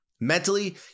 Mentally